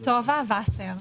באוצר.